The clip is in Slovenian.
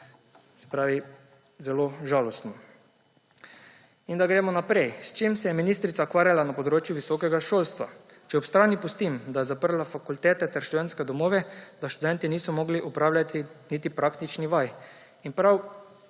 Se pravi, zelo žalostno. In gremo naprej. S čim se je ministrica ukvarjala na področju visokega šolstva, če ob strani pustim, da je zaprla fakultete ter študentske domove, da študentje niso mogli opravljati niti praktičnih vaj? Prav